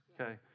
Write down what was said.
Okay